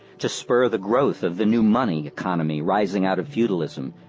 to spur the growth of the new money economy rising out of feudalism,